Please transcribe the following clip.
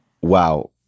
Wow